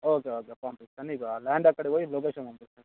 okay okay పంపిస్తాను మీకు land అక్కడ పోయి లొకేషన్ పంపిస్తాను